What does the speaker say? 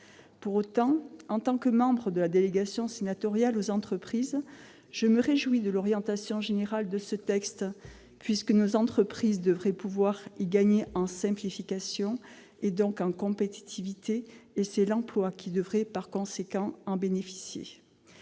Pour autant, en tant que membre de la délégation sénatoriale aux entreprises, je me réjouis de l'orientation générale de ce texte, car nos entreprises devraient pouvoir gagner en simplification, et donc en compétitivité. L'emploi devrait, par voie de conséquence, en bénéficier.